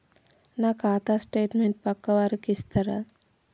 నా ఖాతా స్టేట్మెంట్ పక్కా వారికి ఇస్తరా?